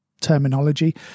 terminology